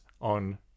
on